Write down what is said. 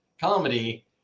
comedy